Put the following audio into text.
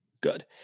good